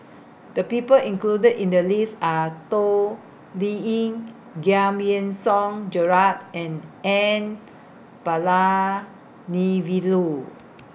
The People included in The list Are Toh Liying Giam Yean Song Gerald and N Palanivelu